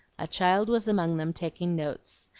a cheild was amang them takin' notes,